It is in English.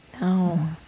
No